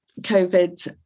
COVID